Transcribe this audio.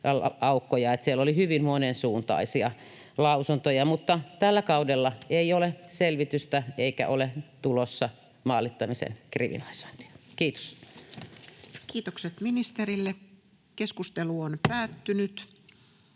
Siellä oli hyvin monensuuntaisia lausuntoja. Tällä kaudella ei ole selvitystä eikä ole tulossa maalittamisen kriminalisointia. — Kiitos. [Speech 209] Speaker: Toinen